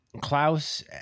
klaus